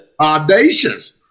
audacious